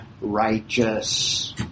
righteous